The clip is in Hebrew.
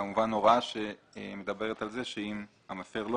כמובן הוראה שמדברת על כך שאם המפר לא